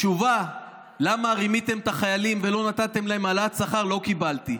תשובה על למה רימיתם את החיילים ולא נתתם להם העלאת שכר לא קיבלתי.